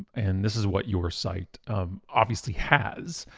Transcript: and this is what your site um obviously has.